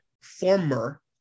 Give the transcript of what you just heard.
former